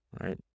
right